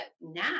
now